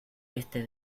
este